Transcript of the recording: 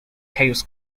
caius